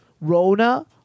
Rona